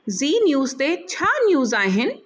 Zee news ते छा news आहिनि